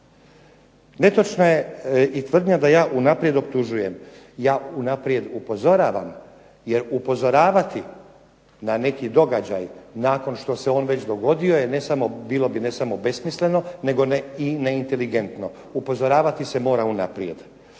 Netočna je i tvrdnja da ja unaprijed optužujem. Ja unaprijed upozoravam. Jer upozoravati na neki događaj nakon što se on već dogodio bilo bi ne samo nesmisleno nego ne inteligentno. Upozoravati se mora unaprijed.